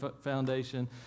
Foundation